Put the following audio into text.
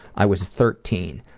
i was thirteen.